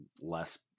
less